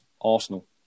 Arsenal